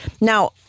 Now